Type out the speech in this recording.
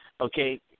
Okay